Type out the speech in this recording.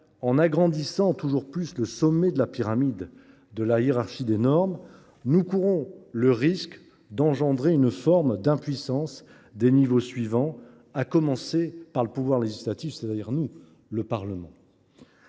En agrandissant toujours plus le sommet de la pyramide de la hiérarchie des normes, nous courons le risque d’engendrer une forme d’impuissance des niveaux inférieurs, à commencer par celui qui relève du pouvoir législatif, c’est à dire le nôtre.